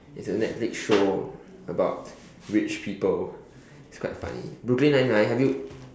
it's a Netflix show about rich people it's quite funny brooklyn nine nine have you